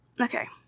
okay